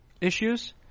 issues